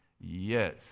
Yes